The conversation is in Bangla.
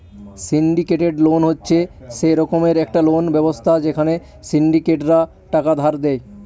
সিন্ডিকেটেড লোন হচ্ছে সে রকমের একটা লোন ব্যবস্থা যেখানে সিন্ডিকেটরা টাকা ধার দেয়